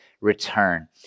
return